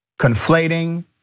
conflating